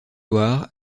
loire